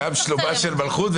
גם שלומה של מלכות,